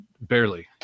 Barely